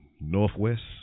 Northwest